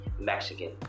Mexican